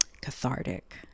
Cathartic